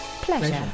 pleasure